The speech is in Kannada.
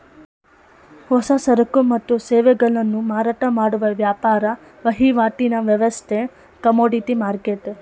ಹೊಸ ಸರಕು ಮತ್ತು ಸೇವೆಗಳನ್ನು ಮಾರಾಟ ಮಾಡುವ ವ್ಯಾಪಾರ ವಹಿವಾಟಿನ ವ್ಯವಸ್ಥೆ ಕಮೋಡಿಟಿ ಮರ್ಕೆಟ್